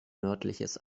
nördliches